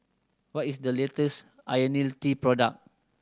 what is the latest Ionil T product